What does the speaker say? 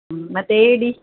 ಹ್ಞೂ ಮತ್ತೆ ಏಡಿ